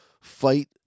fight